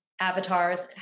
avatars